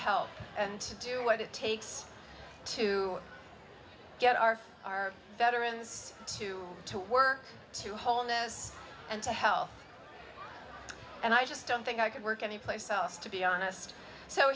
help and to do what it takes to get our our veterans to to work to wholeness and to health and i just don't think i could work anyplace else to be honest so